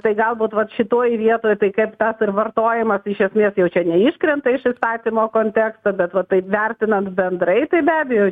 tai galbūt vat šitoj vietoj tai kaip tą vartojimas iš esmės jau čia neiškrenta iš įstatymo konteksto bet va taip vertinant bendrai tai be abejo